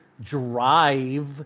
drive